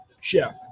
Chef